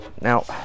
Now